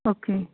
okay